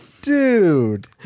dude